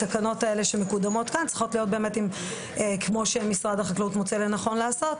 התקנות שמקודמות כאן צריכות להיות כמו שמשרד החקלאות מוצא לנכון לעשות,